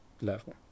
level